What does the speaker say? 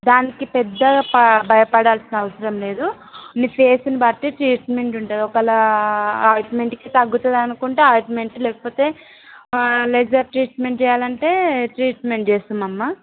దానికి పెద్దగా భయపడాల్సిన అవసరం లేదు మీ ఫెసుని బట్టి ట్రీట్మెంట్ ఉంటుంది ఒకవేళ అయిట్మెంట్కి తగ్గుతుంది అనుకుంటే అయింట్మెంట్ లేకపోతే లేజర్ ట్రీట్మెంట్ చేయాలి అంటే ట్రీట్మెంట్ చేస్తాం అమ్మ